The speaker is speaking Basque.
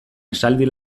esaldi